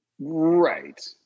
Right